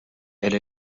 elle